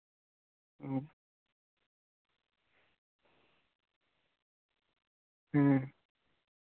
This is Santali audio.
ᱦᱩᱸ ᱦᱩᱸ